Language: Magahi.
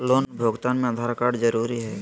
लोन भुगतान में आधार कार्ड जरूरी है?